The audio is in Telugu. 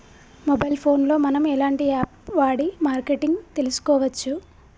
మొబైల్ ఫోన్ లో మనం ఎలాంటి యాప్ వాడి మార్కెటింగ్ తెలుసుకోవచ్చు?